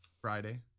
Friday